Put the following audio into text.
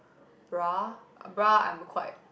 bra bra I'm quite